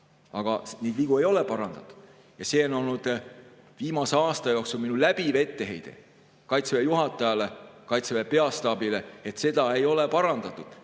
need! Vigu ei ole parandanud ja see on olnud viimase aasta jooksul minu läbiv etteheide Kaitseväe juhatajale, Kaitseväe peastaabile, et seda ei ole parandatud.